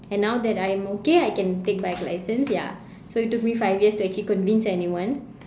and now that I am okay I can take bike license ya so it took me five years to actually convince anyone